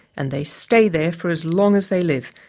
and they stay there for as long as they live.